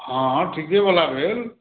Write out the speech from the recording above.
हँ ठीके बला भेल